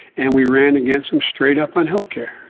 and we ran against them straight up on health care.